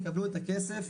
יקבלו את הכסף.